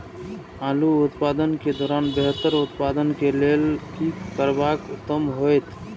आलू उत्पादन के दौरान बेहतर उत्पादन के लेल की करबाक उत्तम होयत?